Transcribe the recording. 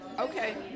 Okay